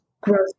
growth